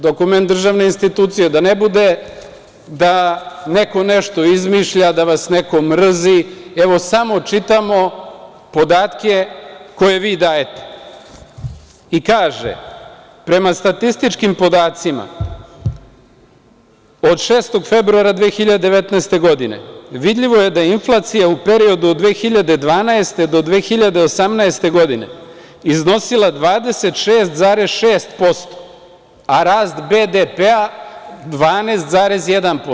Dokument državne institucije, da ne bude da neko nešto izmišlja, da vas neko mrzi, evo samo čitamo podatke koje vi dajete, kaže – prema statističkim podacima od 6. februara 2019. godine, vidljivo je da je inflacija u periodu od 2012. do 2018. godine iznosila 26,6% a rast BDP 12,1%